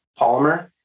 polymer